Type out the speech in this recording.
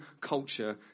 culture